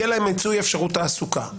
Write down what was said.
יהיה להם מיצוי אפשרות תעסוקה,